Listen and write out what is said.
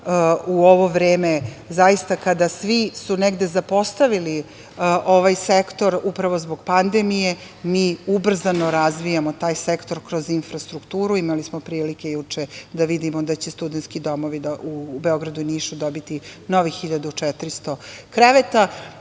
u ovo vreme zaista kada su sve negde zapostavili ovaj sektor, upravo zbog pandemije, mi ubrzano razvijamo taj sektor kroz infrastrukturu. Imali smo prilike juče da vidimo da će studentski domovi u Beogradu i Nišu dobiti novih 1400 kreveta.